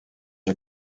are